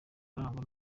arangwa